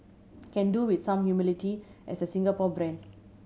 can do with some humility as a Singapore brand